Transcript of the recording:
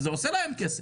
וזה עושה להם כסף,